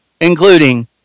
including